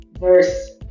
verse